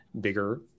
bigger